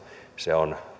se on